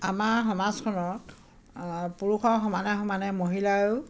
আমাৰ সমাজখনত পুৰুষৰ সমানে সমানে মহিলায়ো